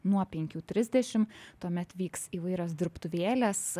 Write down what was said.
nuo penkių trisdešim tuomet vyks įvairios dirbtuvėlės